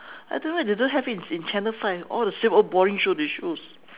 I don't know why they don't have it in in channel five all the same old boring shows they show